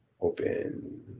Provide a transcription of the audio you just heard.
Open